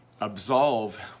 absolve